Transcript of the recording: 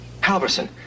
Halverson